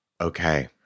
Okay